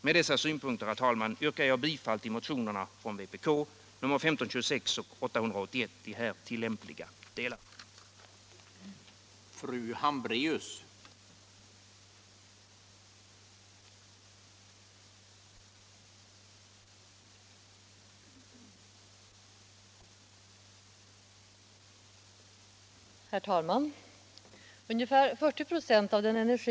Med dessa synpunkter, herr talman, yrkar jag bifall till vpk-motionerna 1526 och 881 i här tillämpliga delar.